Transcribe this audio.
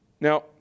Now